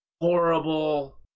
horrible